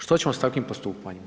Što ćemo s takvim postupanjem?